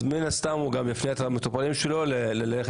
אז מן הסתם הוא גם יפנה את המטופלים שלו ללכת